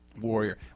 Warrior